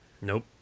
Nope